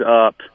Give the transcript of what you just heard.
up